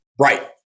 Right